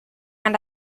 man